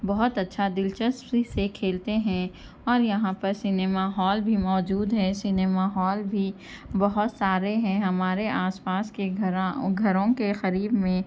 بہت اچھا دلچسپی سے کھیلتے ہیں اور یہاں پر سنیما ہال بھی موجود ہے سنیما ہال بھی بہت سارے ہیں ہمارے آس پاس کے گھروں گھروں کے قریب میں